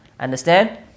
Understand